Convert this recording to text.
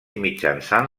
mitjançant